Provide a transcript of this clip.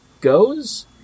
goes